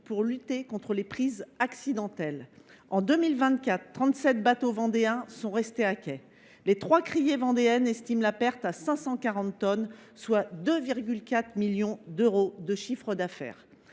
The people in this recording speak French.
pour lutter contre les prises accidentelles. En 2024, trente sept bateaux vendéens sont restés à quai. Les trois criées vendéennes estiment la perte à 540 tonnes, soit 2,4 millions d’euros de chiffre d’affaires.